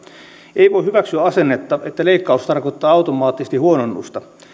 ei voi hyväksyä asennetta että leikkaus tarkoittaa automaattisesti huononnusta